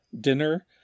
dinner